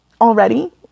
already